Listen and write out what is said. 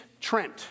Trent